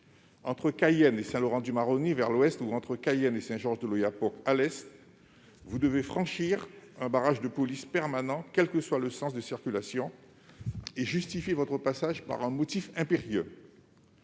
Entre Cayenne et Saint-Laurent-du-Maroni vers l'ouest, ou entre Cayenne et Saint-Georges-de-l'Oyapock à l'est, vous devez franchir un barrage de police permanent, quel que soit le sens de circulation, et justifier votre passage par un motif impérieux.